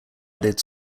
added